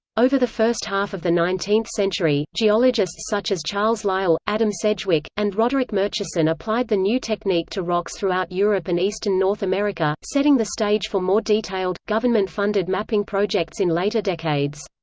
over the first half of the nineteenth century, geologists such as charles lyell, adam sedgwick, and roderick murchison applied the new technique to rocks throughout europe and eastern north america, setting the stage for more detailed, government-funded mapping projects in later decades.